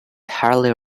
harley